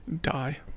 Die